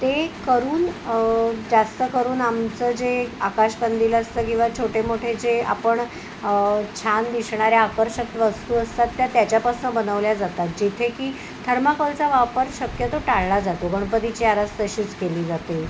ते करून जास्तकरून आमचं जे आकाशकंदील असतं किंवा छोटे मोठे जे आपण दिसणाऱ्या आकर्षक वस्तू असतात त्या त्याच्यापासून बनवल्या जातात जिथे की थर्माकोलचा वापर शक्यतो टाळला जातो गणपतीची आरास तशीच केली जाते